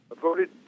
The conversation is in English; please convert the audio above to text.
voted